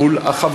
שותף מול החברות,